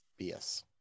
BS